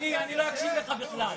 אני לא אקשיב לך בכלל.